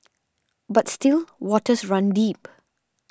but still waters run deep